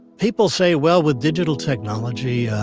people say well, with digital technology,